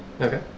Okay